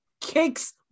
kicks